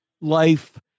life